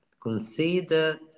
Consider